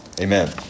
Amen